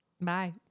Bye